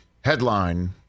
Headline